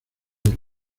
del